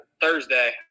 Thursday